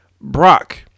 Brock